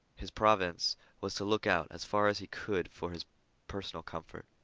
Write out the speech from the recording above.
his province was to look out, as far as he could, for his personal comfort.